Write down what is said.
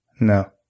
No